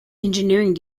engineering